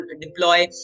deploy